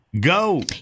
go